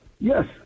Yes